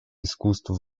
искусство